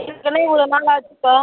ஏற்கனவே ஒரு நாள் ஆச்சுப்பா